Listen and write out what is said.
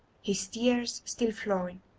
his tears still flowing,